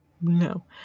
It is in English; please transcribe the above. No